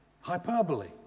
Hyperbole